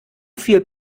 viel